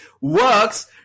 works